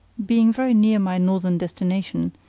being very near my northern destination,